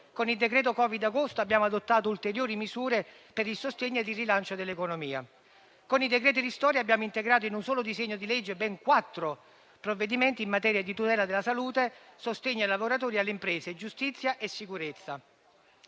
Con il decreto Covid-19 agosto abbiamo adottato ulteriori misure per il sostegno ed il rilancio dell'economia; con i decreti ristori abbiamo integrato in un solo disegno di legge ben quattro provvedimenti in materia di tutela della salute, di sostegno ai lavoratori e alle imprese, di giustizia e sicurezza.